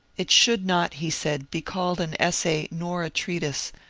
it should not he said, be called an essay nor a treatise,